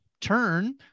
turn